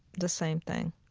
the same thing